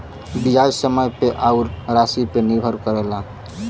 बियाज समय पे अउर रासी पे निर्भर करेला